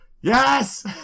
yes